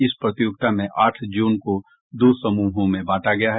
इस प्रतियोगिता में आठ जोन को दो समूहों में बांटा गया है